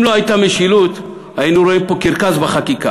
אם לא הייתה משילות, היינו רואים פה קרקס בחקיקה.